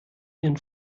ihren